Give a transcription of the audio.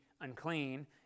unclean